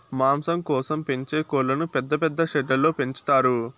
మాంసం కోసం పెంచే కోళ్ళను పెద్ద పెద్ద షెడ్లలో పెంచుతారు